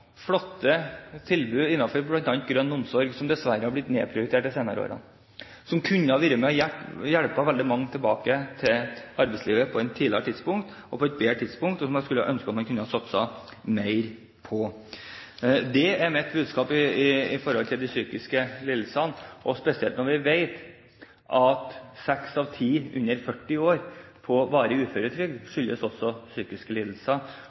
flotte tilbud innenfor bl.a. grønn omsorg – som dessverre har blitt nedprioritert de senere årene – som kunne ha vært med på å hjelpe veldig mange tilbake til arbeidslivet på et tidligere tidspunkt. Dette skulle jeg ønske man kunne ha satset mer på. Det er mitt budskap når det gjelder psykiske lidelser, spesielt når vi vet at det er psykiske lidelser som er skyld i at seks av ti under 40 år er på varig uføretrygd.